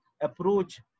approach